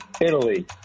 Italy